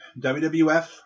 WWF